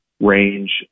range